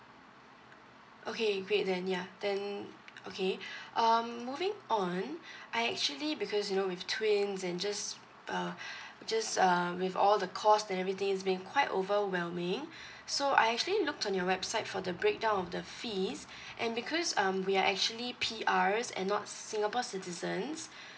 okay great then ya then okay um moving on I actually because you know with twin and just uh just um with all the cost and everything it's being quite overwhelming so I actually looked on your website for the breakdown of the fees and because um we are actually P_R's and not singapore citizens